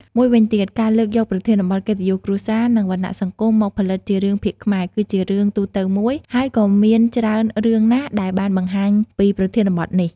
មួយវិញទៀត ការលើកយកប្រធានបទកិត្តិយសគ្រួសារ និងវណ្ណៈសង្គម មកផលិតជារឿងភាគខ្មែរ គឺជារឿងទូទៅមួយ ហើយក៏មានច្រើនរឿងណាស់ដែលបានបង្ហាញពីប្រធានបទនេះ។